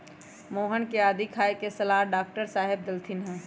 मोहन के आदी खाए के सलाह डॉक्टर साहेब देलथिन ह